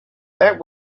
that